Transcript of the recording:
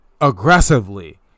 Aggressively